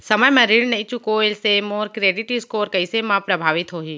समय म ऋण नई चुकोय से मोर क्रेडिट स्कोर कइसे म प्रभावित होही?